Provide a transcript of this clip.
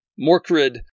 Morkrid